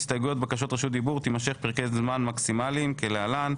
הסתייגויות ובקשות רשות דיברו יימשכו בפרקי זמן מקסימאליים כלהלן: